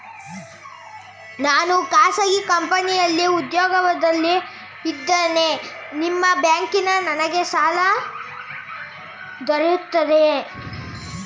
ನಾನು ಖಾಸಗಿ ಕಂಪನಿಯಲ್ಲಿ ಉದ್ಯೋಗದಲ್ಲಿ ಇದ್ದೇನೆ ನಿಮ್ಮ ಬ್ಯಾಂಕಿನಲ್ಲಿ ನನಗೆ ಸಾಲ ದೊರೆಯುತ್ತದೆಯೇ?